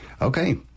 Okay